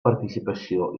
participació